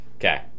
Okay